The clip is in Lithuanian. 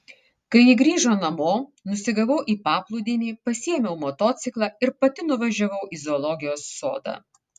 kai ji grįžo namo nusigavau į paplūdimį pasiėmiau motociklą ir pati nuvažiavau į zoologijos sodą